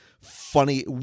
funny –